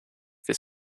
this